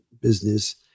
business